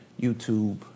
YouTube